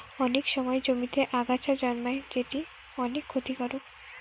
অনেক সময় জমিতে আগাছা জন্মায় যেটি অনেক ক্ষতিকারক